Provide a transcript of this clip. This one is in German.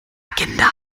agenda